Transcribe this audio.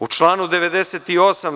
U članu 98.